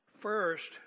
First